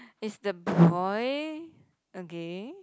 is the boy a gay